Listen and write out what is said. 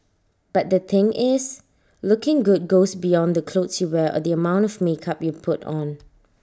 but the thing is looking good goes beyond the clothes you wear or the amount of makeup you put on